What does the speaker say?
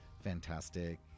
fantastic